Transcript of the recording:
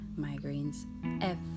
migraines